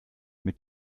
mit